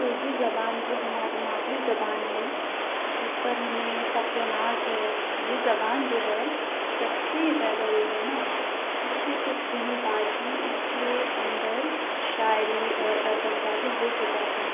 اردو زبان جو ہماری مادری زبان ہے جس پر ہمیں فخر و ناز ہے یہ زبان جو ہے جب سے یہ پیدا ہوئی ہے نا اس کے کچھ دنوں بعد ہی اس کے اندر شاعری اور ادب داخل ہو چکا تھا